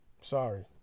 Sorry